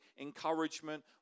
encouragement